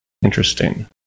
Interesting